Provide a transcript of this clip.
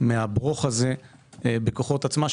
מהברוך הזה בכוחות עצמה.